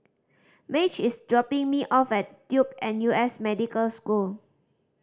Madge is dropping me off at Duke N U S Medical School